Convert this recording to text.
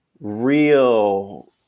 real